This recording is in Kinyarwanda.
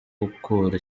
gukura